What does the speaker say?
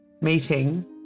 meeting